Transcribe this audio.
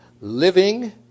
living